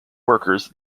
workers